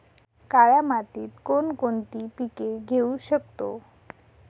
काळ्या मातीत कोणकोणती पिके घेऊ शकतो?